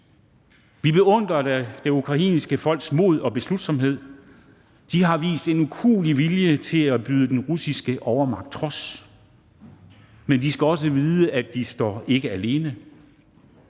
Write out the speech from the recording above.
Vi beundrer det ukrainske folks mod og beslutsomhed. De har vist en ukuelig vilje til at byde den russiske overmagt trods. Men de skal også vide, at de ikke står alene.